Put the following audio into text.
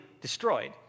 destroyed